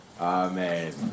Amen